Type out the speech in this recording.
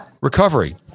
recovery